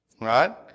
Right